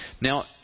Now